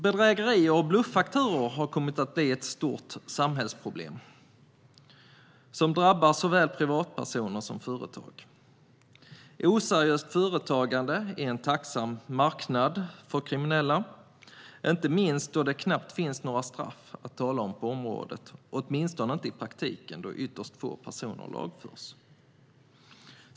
Bedrägerier och bluffakturor har kommit att bli ett stort samhällsproblem som drabbar såväl privatpersoner som företag. Oseriöst företagande är en tacksam marknad för kriminella, inte minst då det knappt finns några straff att tala om på området, åtminstone inte i praktiken då ytterst få personer lagförs.